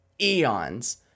eons